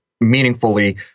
meaningfully